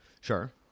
sure